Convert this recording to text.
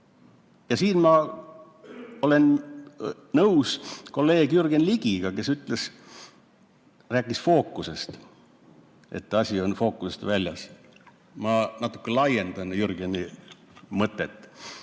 Siin ma olen nõus kolleeg Jürgen Ligiga, kes rääkis fookusest, et asi on fookusest väljas. Ma natuke laiendan Jürgeni mõtet.